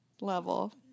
level